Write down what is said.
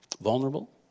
vulnerable